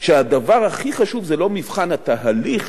שהדבר הכי חשוב זה לא מבחן התהליך,